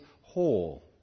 whole